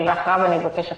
ואחריו אני אבקש הפסקה,